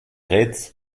reds